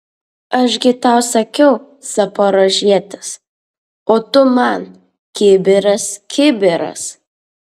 aš gi tau sakiau zaporožietis o tu man kibiras kibiras